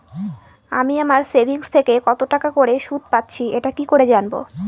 আমি আমার সেভিংস থেকে কতটাকা করে সুদ পাচ্ছি এটা কি করে জানব?